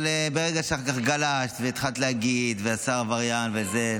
אבל ברגע שאת גלשת ככה והתחלת להגיד שהשר עבריין וזה,